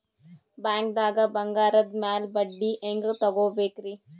ಬ್ಯಾಂಕ್ದಾಗ ಬಂಗಾರದ್ ಮ್ಯಾಲ್ ಬಡ್ಡಿ ಹೆಂಗ್ ತಗೋಬೇಕ್ರಿ?